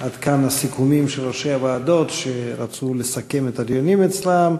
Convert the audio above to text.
עד כאן הסיכומים של ראשי הוועדות שרצו לסכם את הדיונים אצלם.